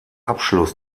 abschluss